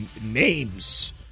names